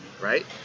right